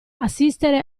assistere